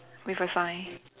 with a sign